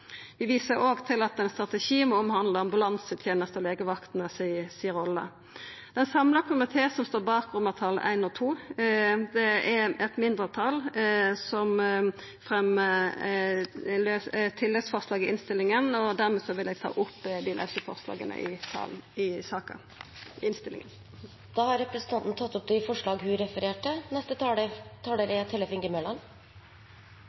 Vi viser òg til at ein strategi må omhandla ambulansetenestene og legevakta si rolle. Det er ein samla komité som står bak forslag til vedtak I og II. Eit mindretal har tilleggsforslag i innstillinga, og desse vil eg med dette ta opp. Representanten Kjersti Toppe har tatt opp de forslagene hun refererte til.